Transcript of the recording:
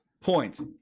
points